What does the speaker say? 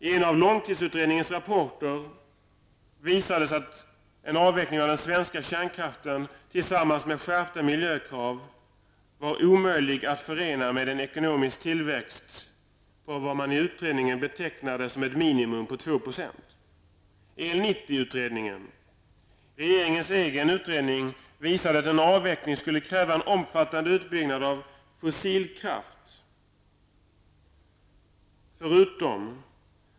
I en av långtidsutredningens rapporter visas att en avveckling av den svenska kärnkraften tillsammans med skärpta miljökrav är omöjliga att förena med en ekonomisk tillväxt på vad man i utredningen betecknar som ett minimum på 2 90.